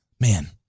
Man